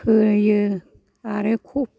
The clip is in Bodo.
फोयो आरो कप